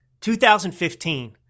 2015